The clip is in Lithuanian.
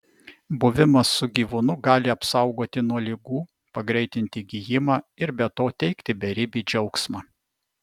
buvimas su gyvūnu gali apsaugoti nuo ligų pagreitinti gijimą ir be to teikti beribį džiaugsmą